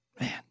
Man